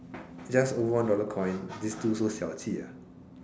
just one dollar coin this two so 小气 ah